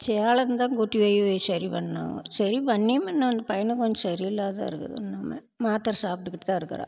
சேலந்தான் கூட்டி போய் சரி பண்ணிணோம் சரி பண்ணியும் இன்னும் அந்த பையனுக்கு கொஞ்ச சரியில்லாதான் இருக்குது இன்னுமே மாத்தரை சாப்ட்டுகிட்டுதான் இருக்கிறான்